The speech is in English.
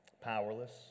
Powerless